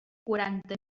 quaranta